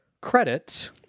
credit